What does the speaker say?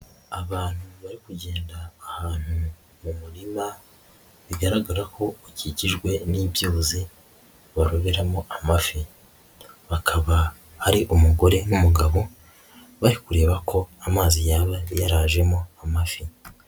Abantu bari kugenda ahantu mu murima bigaragara ko ukikijwe n'ibyuzi baroberamo amafi bakaba ari umugore n'umugabo bari kureba ko amazi yaba yarajemo amafi.